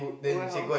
warehouse